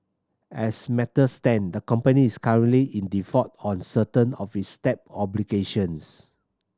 as matters stand the company is currently in default on certain of its debt obligations